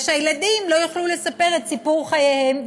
ושהילדים לא יוכלו לספר את סיפור חייהם,